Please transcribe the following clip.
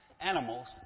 animals